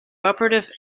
operative